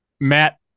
Matt